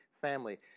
family